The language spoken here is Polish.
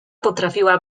potrafiła